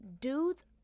dudes